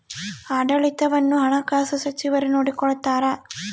ಆಡಳಿತವನ್ನು ಹಣಕಾಸು ಸಚಿವರು ನೋಡಿಕೊಳ್ತಾರ